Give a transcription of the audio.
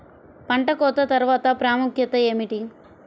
పంట కోత తర్వాత ప్రాముఖ్యత ఏమిటీ?